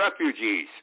refugees